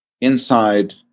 inside